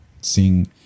seeing